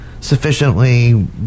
sufficiently